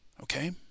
Okay